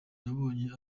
nabonye